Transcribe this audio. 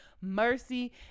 mercy